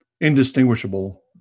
indistinguishable